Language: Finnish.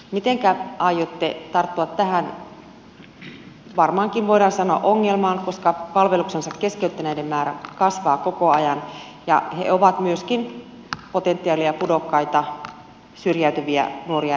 mitenkä aiotte tarttua tähän varmaankin voidaan sanoa ongelmaan koska palveluksensa keskeyttäneiden määrä kasvaa koko ajan ja he ovat myöskin potentiaalisia pudokkaita syrjäytyviä nuoria ihmisiä